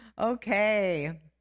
Okay